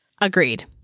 Agreed